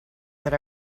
that